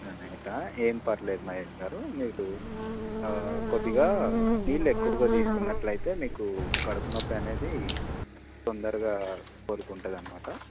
ఏం పర్లేదు మహేషగారు మీరు కొద్దిగా నీళ్ళు ఎక్కువగా తీసుకున్నట్లయితే మీకు కడుపు నొప్పి అనేది తొందరగా కోలుకుంటదన్నమాట